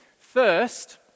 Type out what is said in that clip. First